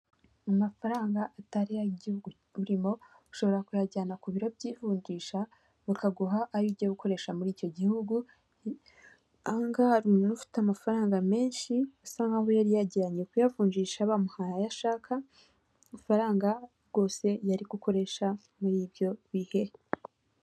Amafaranga atari ay'igihugu urimo ushobora kuyajyana ku biro by'ivunjisha bakaguha ayo ujya gukoresha muri icyo gihugu, ahangaha hari umuntu ufite amafaranga menshi bisa nkaho yari yayajyanye kuyavunjisha bamuhaye ayo ashaka, amafaranga rwose yari gukoresha muri ibyo bihe.